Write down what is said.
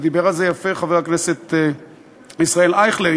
דיבר על זה יפה חבר הכנסת ישראל אייכלר,